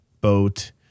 boat